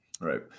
right